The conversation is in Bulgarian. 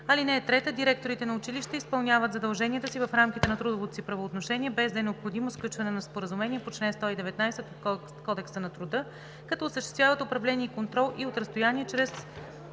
(3) Директорите на училища изпълняват задълженията си в рамките на трудовото си правоотношение, без да е необходимо сключване на споразумения по чл. 119 от Кодекса на труда, като осъществяват управление и контрол и от разстояние чрез